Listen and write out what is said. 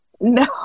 no